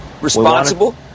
Responsible